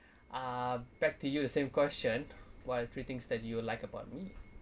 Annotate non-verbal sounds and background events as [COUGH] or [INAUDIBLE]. [BREATH] ah back to you the same question what are three things that you like about me